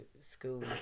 school